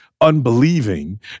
unbelieving